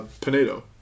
Pinedo